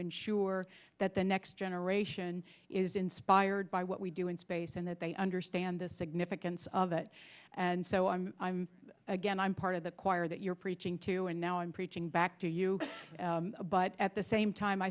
ensure that the next generation is inspired by what we do in space and that they understand the significance of that and so i'm i'm again i'm part of the choir that you're preaching to and now i'm preaching back to you but at the same time i